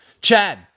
Chad